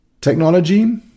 Technology